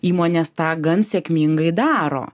įmonės tą gan sėkmingai daro